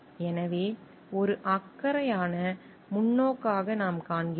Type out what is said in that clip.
எனவே ஒரு அக்கறையான முன்னோக்காக நாம் காண்கிறோம்